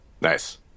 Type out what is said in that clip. nice